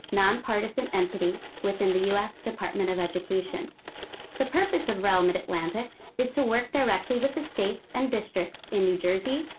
nonpartisan entity within the u s. department of education the purpose of rel mid-atlantic is to work directly with the states and districts in new jersey,